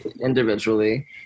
individually